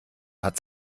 hat